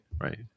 Right